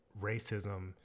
racism